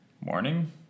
morning